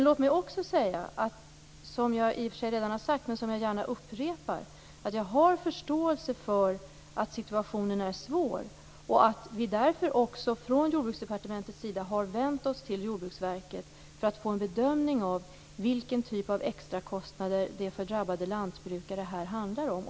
Låt mig också säga - som jag redan har sagt men som jag gärna upprepar - att jag har förståelse för att situationen är svår och att vi därför från Jordbruksdepartementets sida har vänt oss till Jordbruksverket för att få en bedömning av vilken typ av extrakostnader det handlar om för drabbade lantbrukare.